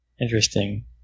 Interesting